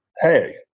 hey